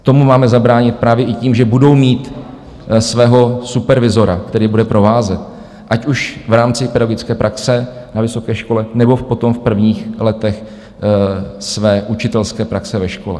Tomu máme zabránit právě i tím, že budou mít svého supervizora, který bude provázet, ať už v rámci pedagogické praxe na vysoké škole, nebo potom v prvních letech jeho učitelské praxe ve škole.